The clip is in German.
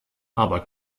aber